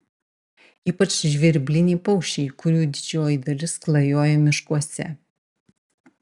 ypač žvirbliniai paukščiai kurių didžioji dalis klajoja miškuose